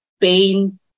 pain